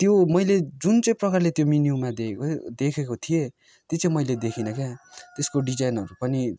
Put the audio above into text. त्यो मैले जुन चाहिँ प्रकारले त्यो मेन्यूमा देखेको देखेको थिएँ त्यो चाहिँ मैले देखिन क्या त्यसको डिजाइनहरू पनि